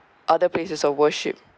other places of worship